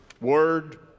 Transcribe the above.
Word